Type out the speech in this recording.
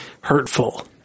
hurtful